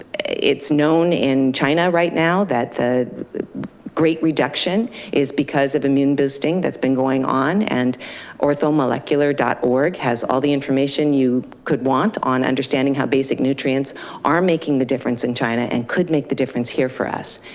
it's known in china right now that the great reduction is because of immune boosting that's been going on and orthomolecular dot org has all the information you could want on understanding how basic nutrients are making the difference in china and could make the difference here for us.